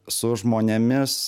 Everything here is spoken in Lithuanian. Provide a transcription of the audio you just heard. su žmonėmis